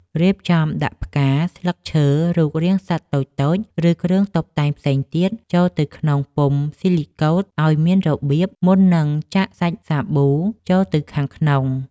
រៀបចំដាក់ផ្កា ស្លឹកឈើ រូបរាងសត្វតូចៗ ឬគ្រឿងតុបតែងផ្សេងទៀតចូលទៅក្នុងពុម្ពស៊ីលីកូតឱ្យមានរបៀប មុននឹងចាក់សាច់សាប៊ូចូលទៅខាងក្នុង។